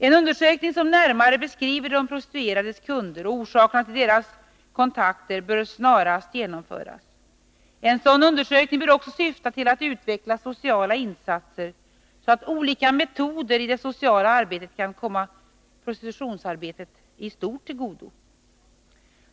En undersökning som närmare beskriver de prostituerades kunder och orsakerna till deras kontakter bör snarast genomföras. En sådan undersökning bör också syfta till att utveckla sociala insatser, så att olika metoder i det sociala arbetet kan komma prostitutionsarbetet i stort till godo.